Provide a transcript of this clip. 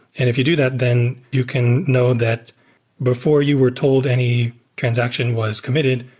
if you do that, then you can know that before you were told any transaction was committed,